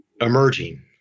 emerging